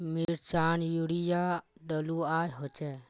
मिर्चान यूरिया डलुआ होचे?